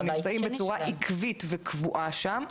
הם נמצאים בצורה עקבית וקבועה שם.